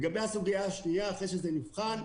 לגבי הסוגיה השנייה אחרי שזה נבחן: